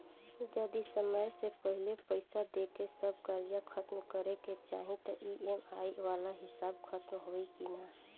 जदी समय से पहिले पईसा देके सब कर्जा खतम करे के चाही त ई.एम.आई वाला हिसाब खतम होइकी ना?